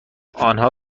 آنها